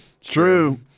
true